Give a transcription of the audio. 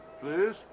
please